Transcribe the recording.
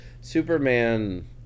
Superman